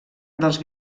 dels